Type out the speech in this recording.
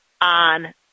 On